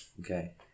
Okay